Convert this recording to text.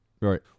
Right